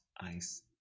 ice